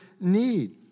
need